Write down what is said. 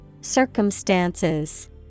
Circumstances